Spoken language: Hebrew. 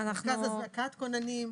"מרכז הזנקת כוננים".